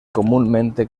comúnmente